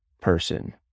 person